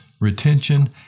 retention